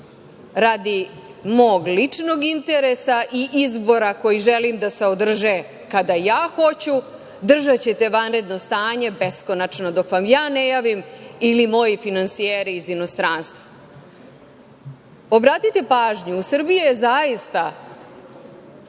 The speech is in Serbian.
radi mog ličnog interesa i izbora koje želim da se održe kada ja hoću, držaćete vanredno stanje beskonačno, dok vam ja ne javim ili moji finansijeri iz inostranstva. Obratite pažnju, u Srbiji je zaista